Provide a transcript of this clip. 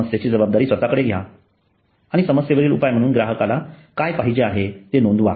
समस्येची जबाबदारी स्वतःकडे घ्या आणि समस्येवरील उपाय म्हणून ग्राहकाला काय पाहिजे आहे ते नोंदवा